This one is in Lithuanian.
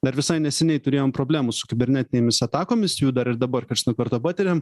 dar visai neseniai turėjom problemų su kibernetinėmis atakomis jų dar ir dabar karts nuo karto patiriam